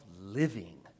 living